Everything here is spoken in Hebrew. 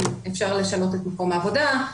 אם אפשר לשנות את מקום העבודה,